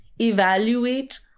evaluate